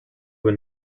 were